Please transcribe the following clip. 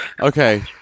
Okay